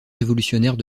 révolutionnaires